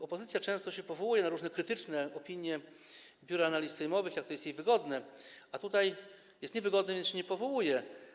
Opozycja często powołuje się na różne krytyczne opinie Biura Analiz Sejmowych, kiedy jest jej wygodnie, a tutaj jest niewygodnie, więc się nie powołuje.